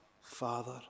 Father